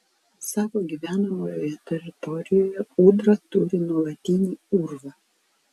savo gyvenamojoje teritorijoje ūdra turi nuolatinį urvą